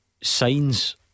Signs